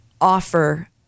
offer